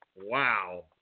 Wow